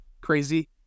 crazy